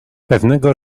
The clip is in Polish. pewnego